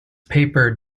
paper